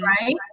Right